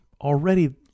Already